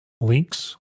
links